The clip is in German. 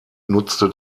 nutzte